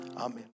Amen